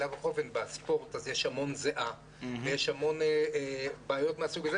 בספורט יש המון זעה והמון בעיות מהסוג הזה.